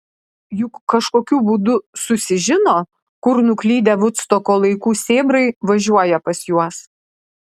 juk kažkokiu būdu susižino kur nuklydę vudstoko laikų sėbrai važiuoja pas juos